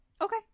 Okay